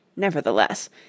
Nevertheless